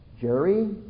Jerry